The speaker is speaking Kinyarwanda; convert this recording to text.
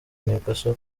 newcastle